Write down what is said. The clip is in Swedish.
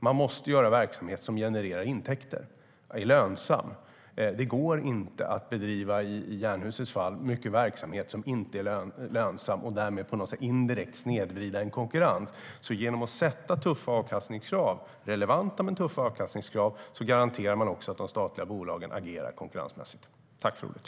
Man måste ha verksamhet som genererar intäkter och är lönsam. Det går inte att bedriva verksamhet som inte är lönsam och därmed indirekt snedvrida konkurrensen. Genom att ställa tuffa men relevanta avkastningskrav garanterar vi att de statliga bolagen agerar konkurrenskraftigt.